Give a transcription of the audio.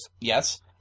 Yes